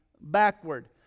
backward